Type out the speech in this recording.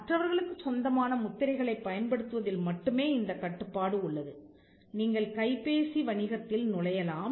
மற்றவர்களுக்குச் சொந்தமான முத்திரைகளை பயன்படுத்துவதில் மட்டுமே இந்த கட்டுப்பாடு உள்ளது நீங்கள் கைப்பேசி மொபைல் போன் வணிகத்தில் நுழையலாம்